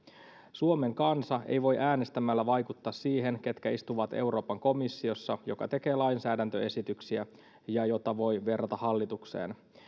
suomen kansa ei voi äänestämällä vaikuttaa siihen ketkä istuvat euroopan komissiossa joka tekee lainsäädäntöesityksiä ja jota voi verrata hallitukseen